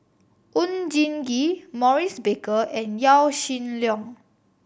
Oon Jin Gee Maurice Baker and Yaw Shin Leong